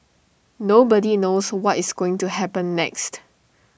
nobody knows what is going to happen next